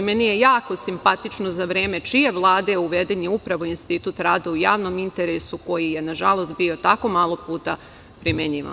Meni je jako simpatično za vreme čije vlade je upravo uveden institut rada u javnom interesu, koji je, nažalost, bio tako malo puta primenjivan.